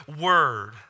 word